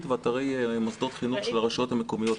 ואתרי מוסדות חינוך של הרשויות המקומיות.